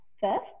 first